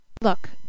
look